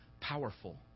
powerful